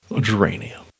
geranium